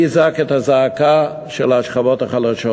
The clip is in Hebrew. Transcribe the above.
מי יזעק את הזעקה של השכבות החלשות?